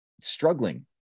struggling